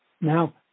Now